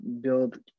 build